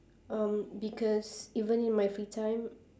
um because even in my free time